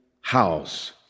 house